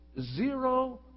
zero